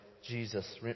Jesus